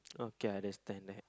okay I understand that